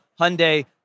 Hyundai